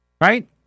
right